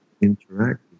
interact